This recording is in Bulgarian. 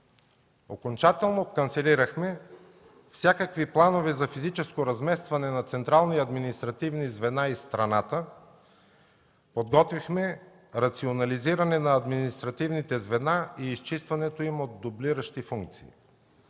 Окончателно канцелирахме всякакви планове за физическо разместване на централни и административни звена из страната, подготвихме рационализиране на административните звена и изчистването им от дублиращи функции.